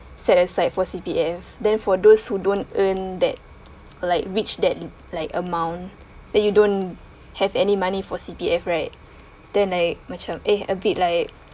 set aside for C_P_F then for those who don't earn that like reached that like amount that you don't have any money for C_P_F right then like macam eh a bit like